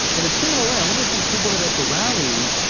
in a similar way i wonder if these people that are at the rally,